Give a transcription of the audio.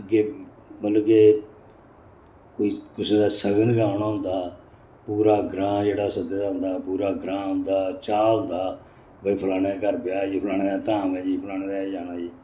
अग्गें मतलब के कोई कुसै दा सगन गै औना होंदा हा पूरा ग्रांऽ जेह्ड़ा सद्धे दा होंदा हा पूरा ग्रांऽ औंदा हा चाऽ होंदा हा भाई फलाने दे घर ब्याह् ऐ जी फालने दे धाम ऐ जी फलाने दे जाना जी